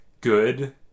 good